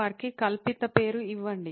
వారికి కల్పిత పేరు ఇవ్వండి